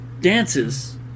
dances